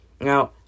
Now